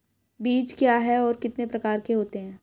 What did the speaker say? बीज क्या है और कितने प्रकार के होते हैं?